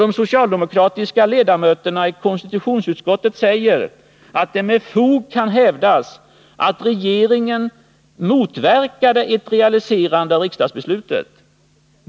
De socialdemokratiska ledamöterna i konstitutionsutskottet säger att det med fog kan hävdas att regeringen motverkade ett realiserande av riksdagsbeslutet.